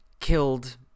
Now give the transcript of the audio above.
killed